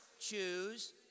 choose